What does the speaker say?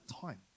time